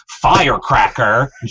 firecracker